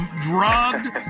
drugged